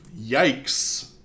yikes